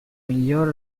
miglior